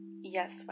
yes